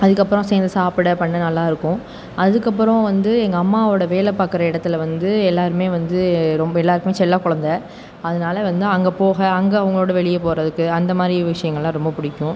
அதுக்கப்புறம் சேர்ந்து சாப்பிட பண்ண நல்லா இருக்கும் அதுக்கப்புறம் வந்து எங்க அம்மாவோட வேலை பார்க்கற இடத்துல வந்து எல்லாருமே வந்து ரொம்ப எல்லாருக்குமே செல்லக் கொழந்தை அதனால் வந்து அங்கே போக அங்கே அவங்களோடு வெளியே போகிறதுக்கு அந்த மாதிரி விஷயங்கள்லாம் ரொம்ப பிடிக்கும்